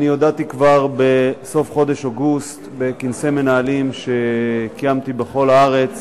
הודעתי כבר בסוף חודש אוגוסט בכנסי מנהלים שקיימתי בכל הארץ